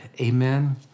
Amen